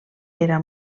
era